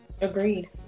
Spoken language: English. Agreed